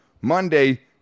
Monday